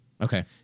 Okay